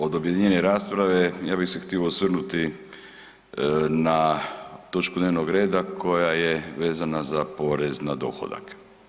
Od objedinjene rasprave ja bih se htio osvrnuti na točku dnevnog reda koja je vezana za porez na dohodak.